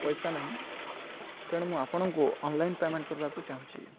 ପଇସା ନାହିଁ ତେଣୁ ମୁଁ ଆପଣଙ୍କୁ ଅନଲାଇନ୍ ପେମେଣ୍ଟ କରିବାକୁ ଚାହୁଁଛି